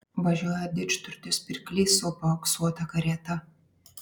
važiuoja didžturtis pirklys su paauksuota karieta